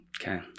Okay